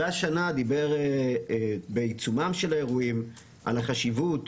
והשנה דיבר בעיצומם של האירועים על החשיבות,